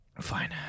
Fine